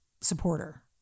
supporter